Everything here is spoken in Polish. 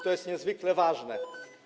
To jest niezwykle ważne.